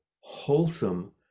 wholesome